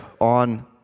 on